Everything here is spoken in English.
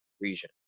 region